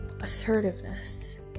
assertiveness